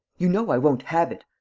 you know i won't have it.